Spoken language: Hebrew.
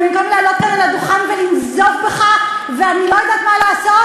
ובמקום לעלות כאן לדוכן ולנזוף בך ואני לא יודעת מה לעשות,